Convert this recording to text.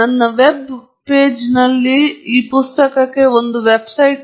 ನಾನು ಸಮಯವನ್ನು ಸಂಗ್ರಹಿಸಬಹುದು ಆದರೆ ಆವರ್ತನ ಡೊಮೇನ್ನಲ್ಲಿ ನಾನು ಮಾದರಿಯನ್ನು ನಿರ್ಮಿಸಬಹುದು